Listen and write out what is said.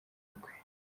bukwe